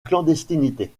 clandestinité